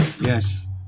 yes